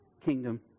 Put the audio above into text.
kingdom